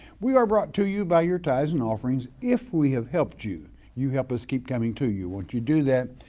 we are brought to you by your ties and offerings if we have helped you, you help us keep coming to you. once you do that,